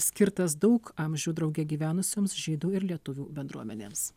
skirtas daug amžių drauge gyvenusioms žydų ir lietuvių bendruomenėms